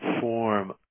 form